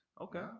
Okay